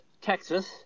Texas